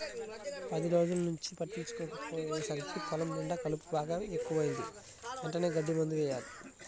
పది రోజుల్నుంచి పట్టించుకోకపొయ్యేసరికి పొలం నిండా కలుపు బాగా ఎక్కువైంది, వెంటనే గడ్డి మందు యెయ్యాల